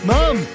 Mom